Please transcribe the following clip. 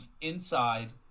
inside